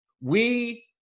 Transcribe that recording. we-